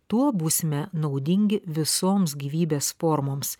tuo būsime naudingi visoms gyvybės formoms